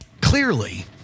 Clearly